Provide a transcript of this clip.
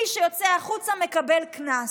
מי שיוצא החוצה מקבל קנס.